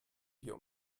wir